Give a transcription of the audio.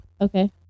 Okay